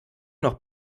noch